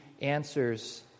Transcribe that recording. answers